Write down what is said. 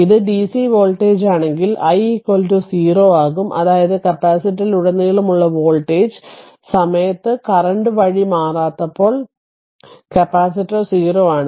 ഇത് ഡിസി വോൾട്ടേജാണെങ്കിൽ i 0 ആകും അതായത് കപ്പാസിറ്ററിലുടനീളമുള്ള വോൾട്ടേജ് സമയത്ത് കറന്റ് വഴി മാറാത്തപ്പോൾ കപ്പാസിറ്റർ 0 ആണ്